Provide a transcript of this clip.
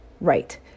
Right